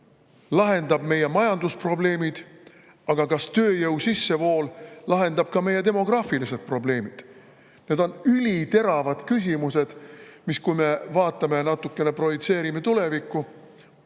lahendab meie majandusprobleemid? Aga kas tööjõu sissevool lahendab ka meie demograafilised probleemid? Need on üliteravad küsimused, mis kumuleerudes – kui me natukene projitseerime tulevikku